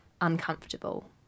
uncomfortable